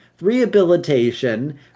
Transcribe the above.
rehabilitation